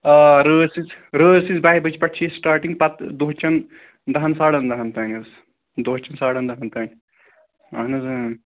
آ رٲژ سٕنٛزِ رٲژ سٕنٛزِ بَہہِ بَجہِ پٮ۪ٹھ چھِ یہِ سِٹاٹِنٛگ پَتہٕ دُہ چٮ۪ن دَہَن ساڑَن دَہَن تام حظ دۄہ چٮ۪ن ساڑَن دَہن تام اہن حظ اۭں